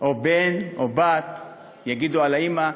או בן או בת יגידו על האימא: